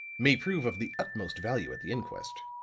may prove of the utmost value at the inquest.